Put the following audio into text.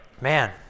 man